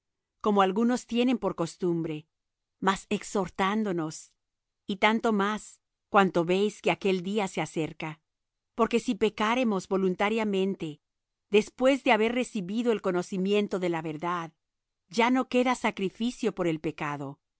como algunos tienen por costumbre mas exhortándonos y tanto más cuanto veis que aquel día se acerca porque si pecáremos voluntariamente después de haber recibido el conocimiento de la verdad ya no queda sacrificio por el pecado